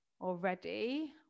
already